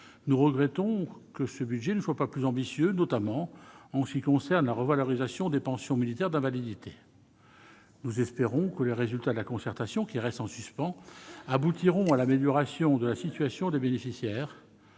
Nous regrettons que ce budget ne soit pas plus ambitieux, notamment en ce qui concerne la revalorisation des pensions militaires d'invalidité. Nous espérons que les résultats de la concertation, qui reste en suspens, aboutiront à l'amélioration de la situation des bénéficiaires.